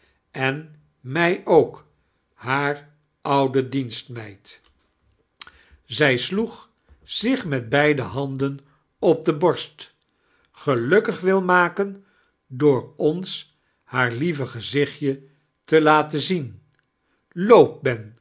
en mij ook haar oude dienstnieid zij kerst vert ellingen sloeg zicb met beide handan op de beast gelukkig wil maken door cmis haar lieve geziohitje te laten zien loop